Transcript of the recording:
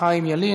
חיים ילין,